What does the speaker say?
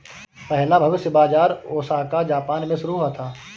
पहला भविष्य बाज़ार ओसाका जापान में शुरू हुआ था